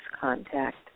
contact